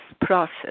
process